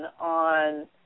on